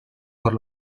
por